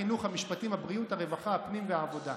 החינוך, המשפטים, הבריאות, הרווחה, הפנים והעבודה.